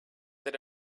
that